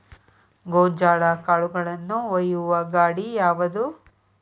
ಗೋಂಜಾಳ ಕಾಳುಗಳನ್ನು ಒಯ್ಯುವ ಗಾಡಿ ಯಾವದು?